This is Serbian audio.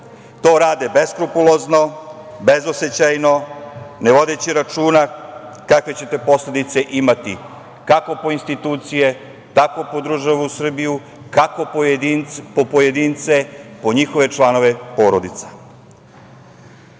To rade beskrupulozno, bezosećajno, ne vodeći računa kakve će posledice imati kako po institucije, tako po državu Srbiju, kako po pojedince, po njihove članove porodica. Pritom